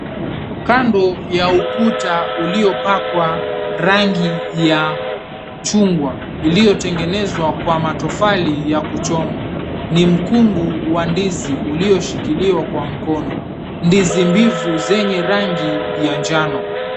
Kando ya ukuta uliopakwa rangi ya chungwa, iliyotengenezwa kwa matofali ya kuchomwa, ni mkungu wa ndizi ulioshikiliwa kwa mkono. Ndizi mbivu zenye rangi ya njano.